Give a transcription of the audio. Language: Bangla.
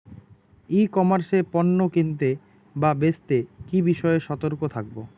ই কমার্স এ পণ্য কিনতে বা বেচতে কি বিষয়ে সতর্ক থাকব?